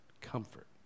comfort